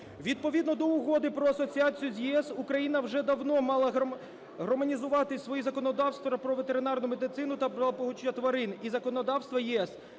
Відповідно до Угоди про асоціацію з ЄС Україна вже давно мала гармонізувати своє законодавство про ветеринарну медицину та благополуччя тварин